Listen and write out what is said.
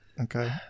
okay